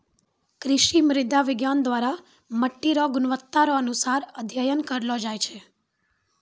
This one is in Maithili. कृषि मृदा विज्ञान द्वरा मट्टी रो गुणवत्ता रो अनुसार अध्ययन करलो जाय छै